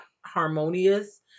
harmonious